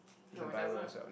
no it doesn't